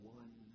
one